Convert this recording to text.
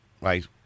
Right